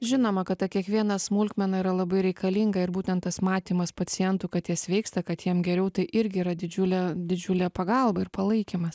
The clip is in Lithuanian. žinoma kad ta kiekviena smulkmena yra labai reikalinga ir būtent tas matymas pacientų kad jie sveiksta kad jiem geriau tai irgi yra didžiulė didžiulė pagalba ir palaikymas